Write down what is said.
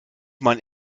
man